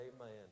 Amen